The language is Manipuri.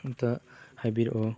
ꯑꯝꯇ ꯍꯥꯏꯕꯤꯔꯛꯑꯣ